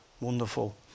Wonderful